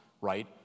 right